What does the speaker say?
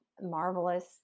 marvelous